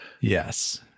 Yes